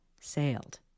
sailed